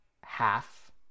half